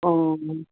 ꯑꯣ